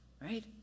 Right